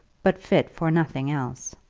but fit for nothing else.